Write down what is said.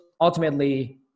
ultimately